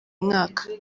mwaka